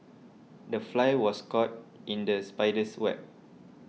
the fly was caught in the spider's web